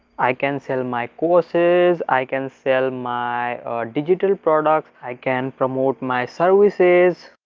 i can sell my courses, i can sell my digital products, i can promote my services,